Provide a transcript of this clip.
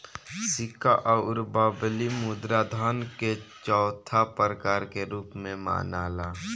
सिक्का अउर बबली मुद्रा धन के चौथा प्रकार के रूप में मनाला